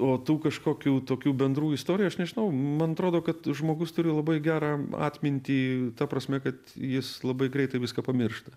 o tu kažkokių tokių bendrų istorijų aš nežinau man atrodo kad žmogus turi labai gerą atmintį ta prasme kad jis labai greitai viską pamiršta